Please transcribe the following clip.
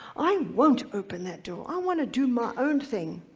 i won't open that door, i want to do my own thing.